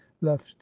left